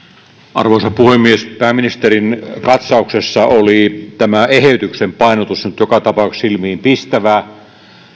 arvoisa puhemies pääministerin katsauksessa oli tämä eheytyksen painotus nyt joka tapauksessa silmiinpistävää